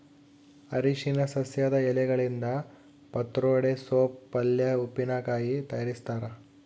ಅರಿಶಿನ ಸಸ್ಯದ ಎಲೆಗಳಿಂದ ಪತ್ರೊಡೆ ಸೋಪ್ ಪಲ್ಯೆ ಉಪ್ಪಿನಕಾಯಿ ತಯಾರಿಸ್ತಾರ